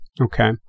Okay